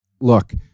look